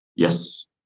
Yes